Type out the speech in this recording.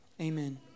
amen